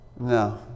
no